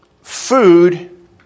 food